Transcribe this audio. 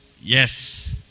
Yes